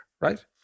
right